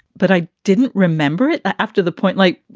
but i didn't remember it after the point. like,